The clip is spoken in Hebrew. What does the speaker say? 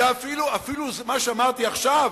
מה שאמרתי עכשיו